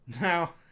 Now